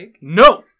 No